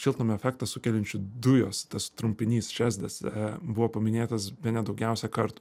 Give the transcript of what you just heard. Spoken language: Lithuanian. šiltnamio efektą sukeliančių dujos tas trumpinys šesdas buvo paminėtas bene daugiausia kartų